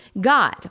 God